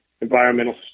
environmental